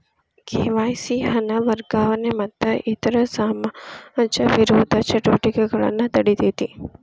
KYC ಹಣ ವರ್ಗಾವಣೆ ಮತ್ತ ಇತರ ಸಮಾಜ ವಿರೋಧಿ ಚಟುವಟಿಕೆಗಳನ್ನ ತಡೇತದ